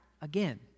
again